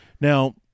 Now